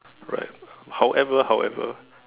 right however however